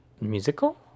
musical